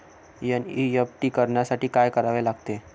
NEFT करण्यासाठी काय करावे लागते?